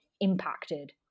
impacted